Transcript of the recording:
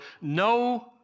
no